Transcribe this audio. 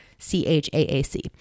C-H-A-A-C